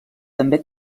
també